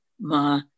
Ma